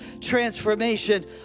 transformation